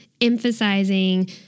emphasizing